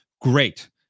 Great